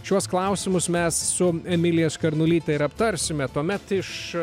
šiuos klausimus mes su emilija skarnulyte ir aptarsime tuomet iš